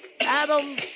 Adam